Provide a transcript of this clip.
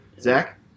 Zach